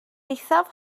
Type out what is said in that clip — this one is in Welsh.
eithaf